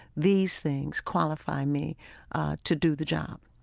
these things qualify me to do the job.